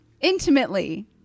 Intimately